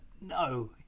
no